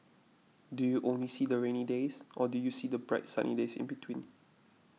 do you only see the rainy days or do you see the bright sunny days in between